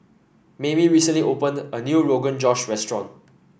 Maymie recently opened a new Rogan Josh restaurant